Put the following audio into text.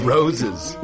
Roses